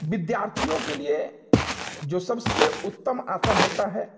विद्यार्थियों के लिए जो सबसे उत्तम आसन होता है